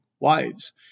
Wives